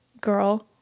girl